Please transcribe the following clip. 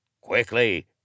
Quickly